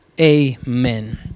amen